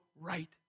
right